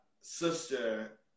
sister